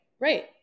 Right